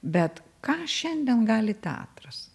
bet ką šiandien gali teatras